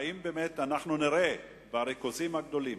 האם באמת אנחנו נראה בריכוזים הגדולים,